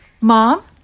mom